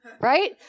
right